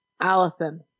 allison